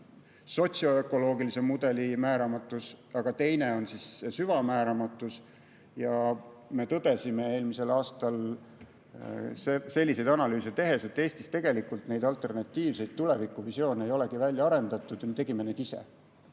sotsiaal-ökoloogilise mudeli määramatus, aga teine on süvamääramatus. Me tõdesime eelmisel aastal selliseid analüüse tehes, et Eestis neid alternatiivseid tulevikuvisioone ei olegi välja arendatud, ja me tegime need ise.